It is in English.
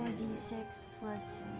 six plus